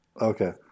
okay